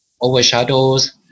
overshadows